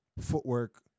Footwork